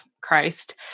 Christ